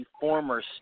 former